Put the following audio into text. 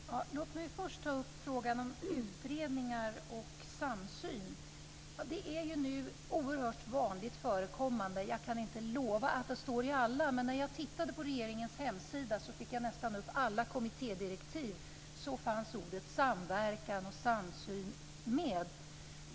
Fru talman! Låt mig först ta upp frågan om utredningar och samsyn. Detta är oerhört vanligt förekommande nu. Jag kan inte lova att det står i alla, men när jag tittade på regeringens hemsida fanns orden samverkan och samsyn med i nästan alla kommittédirektiv som jag fick upp.